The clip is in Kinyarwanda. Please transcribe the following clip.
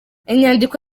inyandiko